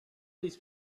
these